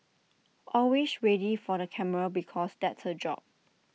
always ready for the camera because that's her job